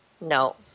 No